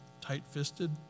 tight-fisted